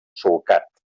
solcat